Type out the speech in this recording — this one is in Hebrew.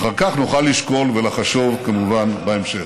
ואחר כך נוכל לשקול ולחשוב, כמובן, בהמשך.